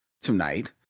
tonight